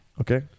Okay